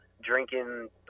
drinking